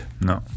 No